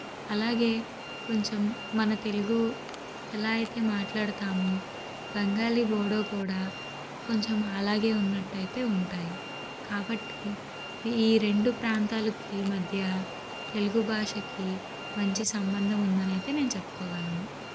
అలాగే కొంచెం మన తెలుగు ఎలా అయితే మాట్లాడతామో బెంగాలీ బోడో కూడా కొంచెం అలాగే ఉన్నట్టయితే ఉంటాయి కాబట్టి ఈ రెండు ప్రాంతాలకి మధ్య తెలుగు భాషకి మంచి సంబంధం ఉందని అయితే నేను చెప్పుకోగలను